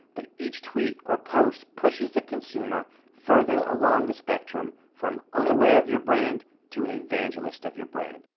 but each tweet or post pushes the consumer further along the spectrum from unaware of your brand to an evangelist of your brand.